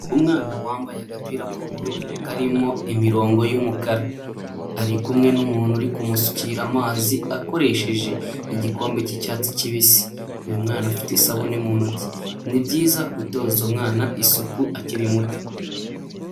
Umwana wambaye agapira k'ubururu karimo imirongo y'umukara. Ari kumwe n'umuntu uri kumusukira amazi akoresheje igikombe cy'icyatsi kibisi. Uyu mwana afite isabune mu ntoki. Ni byiza gutoza umwana isuku akiri muto.